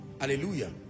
Hallelujah